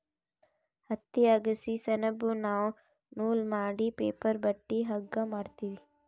ಹತ್ತಿ ಅಗಸಿ ಸೆಣಬ್ದು ನಾವ್ ನೂಲ್ ಮಾಡಿ ಪೇಪರ್ ಬಟ್ಟಿ ಹಗ್ಗಾ ಮಾಡ್ತೀವಿ